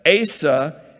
Asa